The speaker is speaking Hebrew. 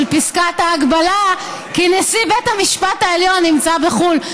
פסקת ההגבלה כי נשיא בית המשפט העליון נמצא בחו"ל.